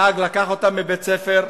הנהג לקח אותם מבית-הספר,